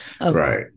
right